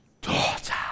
Daughter